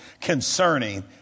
concerning